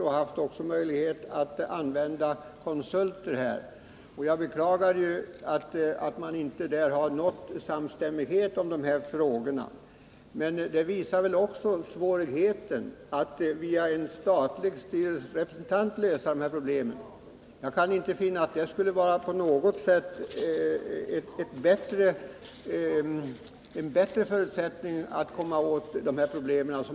De har också haft möjlighet att använda konsulter. Jag beklagar att man inte nått samstämmighet i de här frågorna. Det visar väl också på svårigheten att lösa de här problemen via en statlig styrelserepresentant. Jag kan inte finna att det på något sätt skulle ge bättre förutsättningar att lösa problemen.